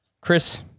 Chris